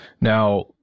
now